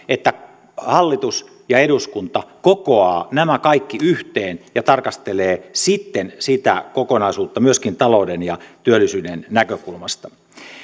että hallitus ja eduskunta kokoavat nämä kaikki yhteen ja tarkastelevat sitten sitä kokonaisuutta myöskin talouden ja työllisyyden näkökulmasta